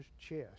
chest